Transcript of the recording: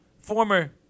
former